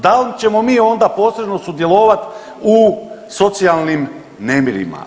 Da li ćemo mi onda posredno sudjelovati u socijalnim nemirima?